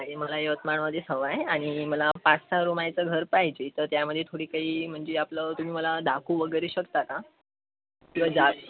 आणि मला यवतमाळमध्येच हवं आहे आणि मला पाच सहा रूम याचं घर पाहिजे तर त्यामध्ये थोडी काही म्हणजे आपलं तुम्ही मला दाखवू वगैरे शकता का किंवा जसं